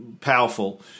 powerful